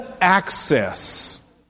access